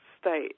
state